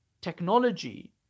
technology